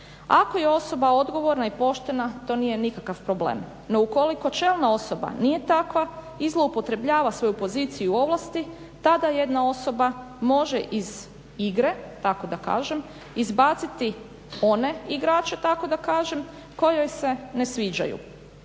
Ako je osoba odgovorna i poštena to nije nikakav problem. No ukoliko čelna osoba nije takva i zloupotrebljava svoju poziciju i ovlasti tada jedna osoba može iz igre tako da kažem izbaciti one igrače tako da kažem kojoj se ne sviđaju.